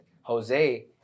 Jose